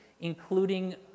including